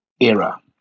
era